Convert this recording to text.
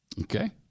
Okay